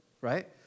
right